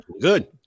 good